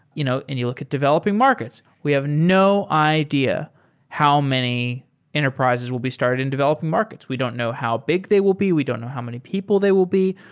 you know and you look at developing markets. we have no idea how many enterprises will be started in developing markets. we don't know how big they will be. we don't know how many people they will be.